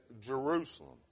Jerusalem